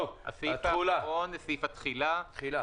טוב, התחילה.